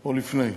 או לפני?